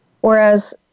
Whereas